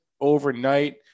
overnight